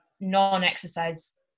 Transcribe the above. non-exercise